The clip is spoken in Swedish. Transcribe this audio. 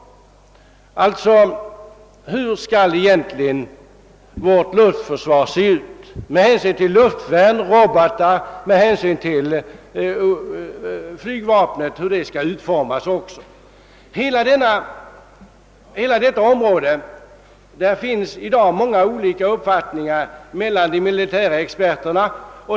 Man skall alltså undersöka hur vårt luftförsvar egentligen skall se ut när det gäller luftvärn och robotar och flygvapnets utformning över huvud taget. På detta område finns i dag många olika uppfattningar hos de militära experterna.